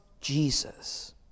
Jesus